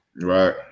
Right